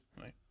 right